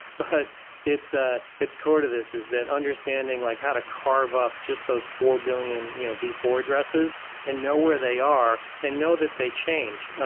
but its ah its core to this is that understanding like how to carve up just those four billion you know v four addresses and know where they are and know that they change.